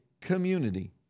community